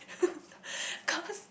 cause